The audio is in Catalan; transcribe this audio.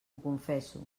confesso